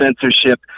censorship